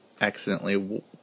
accidentally